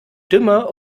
dimmer